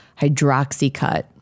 Hydroxycut